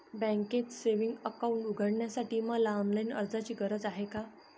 बँकेत savings account उघडण्यासाठी मला ऑनलाईन अर्जाची गरज आहे का?